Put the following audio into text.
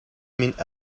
min